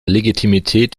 legitimität